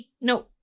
No